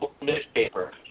newspaper